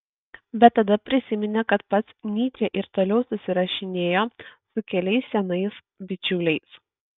bet tada prisiminė kad pats nyčė ir toliau susirašinėjo su keliais senais bičiuliais